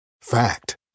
Fact